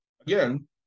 again